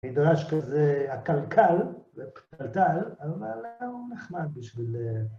מדרש כזה עקלקל ופתלתל אבל הוא נחמד בשביל...